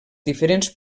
diferents